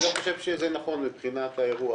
אני חושב שזה לא נכון מבחינת האירוע.